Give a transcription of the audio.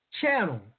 channel